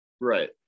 right